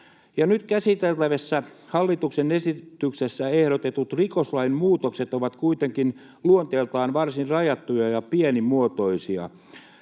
Nyt käsiteltävässä hallituksen esityksessä ehdotetut rikoslain muutokset ovat kuitenkin luonteeltaan varsin rajattuja ja pienimuotoisia.